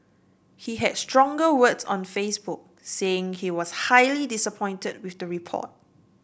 he had stronger words on Facebook saying he was highly disappointed with the report